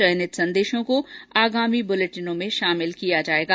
चयनित संदेशों को आगामी बुलेटिनों में शामिल किया जाएगा